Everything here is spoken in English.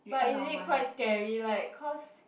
but is it quite scary like cause